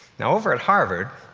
now, over at harvard,